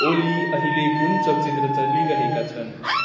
ओली अहिले कुन चलचित्र चलिरहेका छन्